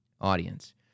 audience